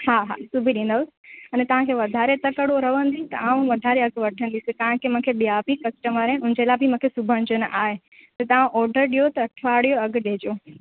हा हा सिबी ॾींदव अने तव्हांखे वधारे तकिड़ो रहंदी आऊं वधारे अघु वठंदसि तव्हांखे मूंखे ॿिया बि कस्टमर ऐं उन जे लाइ बि मूंखे सिबणजो न आहे त तव्हां ऑडर ॾियो त अठवाणी अघु ॾिजो